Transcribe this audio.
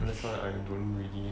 that's why I don't really